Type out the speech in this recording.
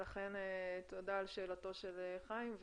ולכן תודה על שאלתו של חיים.